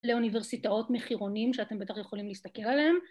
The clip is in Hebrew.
‫לאוניברסיטאות מחירונים ‫שאתם בטח יכולים להסתכל עליהם.